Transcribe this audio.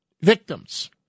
victims